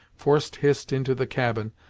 forced hist into the cabin,